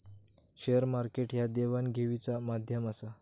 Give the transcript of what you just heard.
share market ह्या देवघेवीचा माध्यम आसा